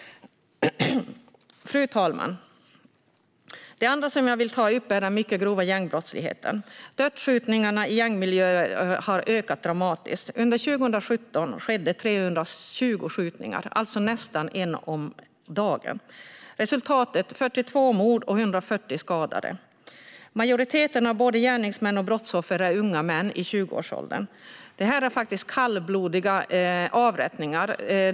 Fru talman! Det andra som jag vill ta upp är den mycket grova gängbrottsligheten. Dödsskjutningarna i gängmiljöer har ökat dramatiskt. Under 2017 skedde 320 skjutningar, alltså nästan en om dagen. Resultatet är 42 mord och 140 skadade. Majoriteten av både gärningsmän och brottsoffer är unga män i 20årsåldern. Det här är faktiskt kallblodiga avrättningar.